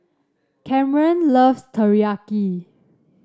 Kamren loves Teriyaki